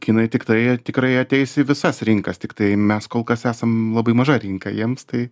kinai tiktai tikrai ateis į visas rinkas tiktai mes kol kas esam labai maža rinka jiems tai